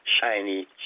shiny